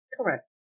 Correct